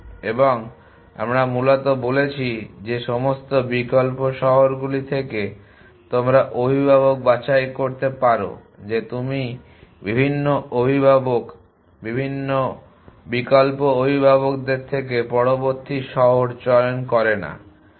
এবং আমরা মূলত বলেছি যে সমস্ত বিকল্প শহরগুলি থেকে তোমরা অভিভাবক বাছাই করতে পারো যে তুমি বিভিন্ন অভিভাবক বিকল্প অভিভাবকদের থেকে পরবর্তী শহর চয়ন করেন।